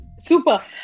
Super